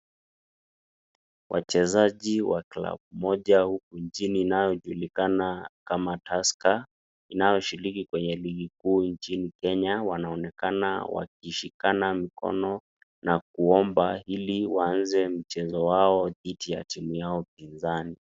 Wachezaji wa klabu moja huku nchini inayojulikana kama Tusker, inayoshiriki kwenye ligi kuu humu nchini Kenya wanaonekana wakishikana mikono na kuomba ili waanze mchezo yao dhidi ya timu yao pinzani.